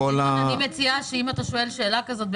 אם אתה שואל שאלה כזאת,